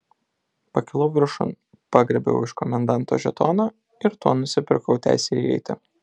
pakilau viršun pagriebiau iš komendanto žetoną ir tuo nusipirkau teisę įeiti